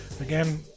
again